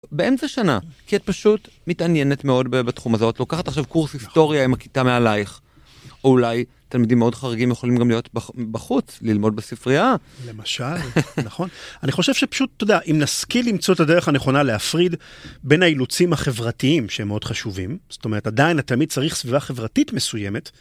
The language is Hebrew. באמצע שנה, כי את פשוט מתעניינת מאוד בתחום הזה, לוקחת עכשיו קורס היסטוריה עם הכיתה מעלייך, או אולי תלמידים מאוד חריגים יכולים גם להיות בחוץ, ללמוד בספרייה. למשל, נכון. אני חושב שפשוט, אתה יודע, אם נשכיל למצוא את הדרך הנכונה להפריד בין האילוצים החברתיים שהם מאוד חשובים, זאת אומרת עדיין אתה תמיד צריך סביבה חברתית מסוימת,